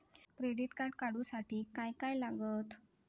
Credit card काढूसाठी काय काय लागत?